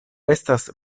estas